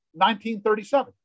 1937